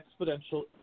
exponential